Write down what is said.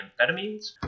amphetamines